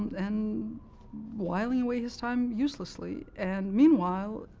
and wiling away his time uselessly. and meanwhile,